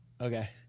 Okay